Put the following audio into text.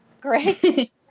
Great